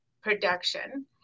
production